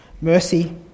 mercy